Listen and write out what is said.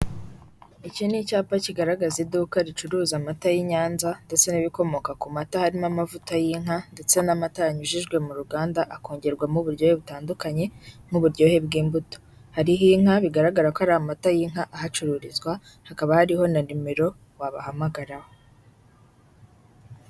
Iki ni icyapa kigaragaza iduka ricuruza amata y'inyanza, ndetse n'ibikomoka ku mata harimo n'amavuta y'inka, ndetse n'amata yanyujijwe mu ruganda akongerwamo uburyohe butandukanye, nk'uburyohe bw'imbuto. Hariho inka, bigaragara ko ari amata y'inka ahacururizwa, hakaba hariho na nimero wabahamagaraho.